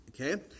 Okay